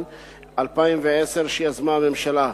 התש"ע 2010, שיזמה הממשלה.